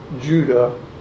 Judah